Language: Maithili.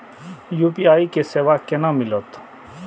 यू.पी.आई के सेवा केना मिलत?